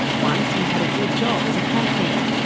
once he had a good job as a concreter,